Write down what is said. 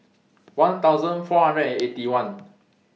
one thousand four hundred and Eighty One